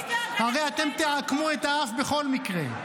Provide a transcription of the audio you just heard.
הרי אתם תעקמו את האף בכל מקרה.